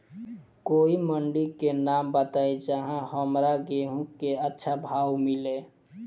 कोई मंडी के नाम बताई जहां हमरा गेहूं के अच्छा भाव मिले?